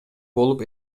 болуп